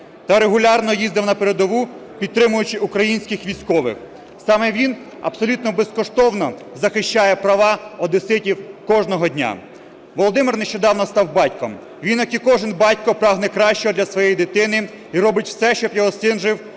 та регулярно їздив на передову, підтримуючи українських військових. Саме він абсолютно безкоштовно захищає права одеситів кожного дня. Володимир нещодавно став батьком. Він, як і кожен батько, прагне кращого для своєї дитини і робить все, щоб його син жив